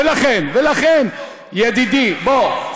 ולכן, ידידי, בוא.